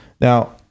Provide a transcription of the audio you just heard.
Now